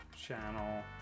channel